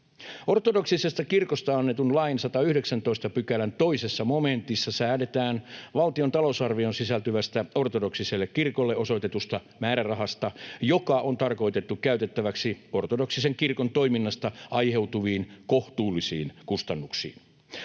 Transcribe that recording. Ortodoksisesta kirkosta annetun lain 119 §:n 2 momentissa säädetään valtion talousarvioon sisältyvästä ortodoksiselle kirkolle osoitetusta määrärahasta, joka on tarkoitettu käytettäväksi ortodoksisen kirkon toiminnasta aiheutuviin kohtuullisiin kustannuksiin.